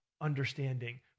understanding